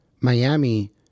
Miami